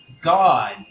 god